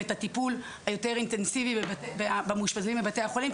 את הטיפול היותר אינטנסיבי במאושפזים בבתי החולים,